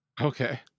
Okay